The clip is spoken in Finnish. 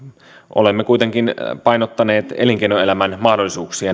olemme kuitenkin painottaneet elinkeinoelämän mahdollisuuksia